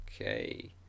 Okay